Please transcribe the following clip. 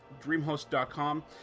dreamhost.com